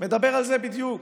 מדבר על זה בדיוק.